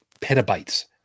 Petabytes